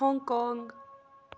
Hong Kong